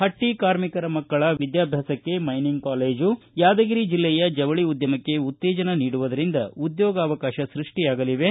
ಹಟ್ಟಿ ಕಾರ್ಮಿಕರ ಮಕ್ಕಳ ವಿದ್ಯಾಭ್ಯಾಸಕ್ಕೆ ಮೈನಿಂಗ್ ಕಾಲೇಜು ಯಾದಗಿರಿ ಜಿಲ್ಲೆಯ ಜವಳಿ ಉದ್ಯಮಕ್ಕೆ ಉತ್ತೇಜನ ನೀಡುವುದರಿಂದ ಉದ್ಯೋಗಾವಕಾಶ ಸೃಷ್ಷಿಯಾಗಲಿವೆ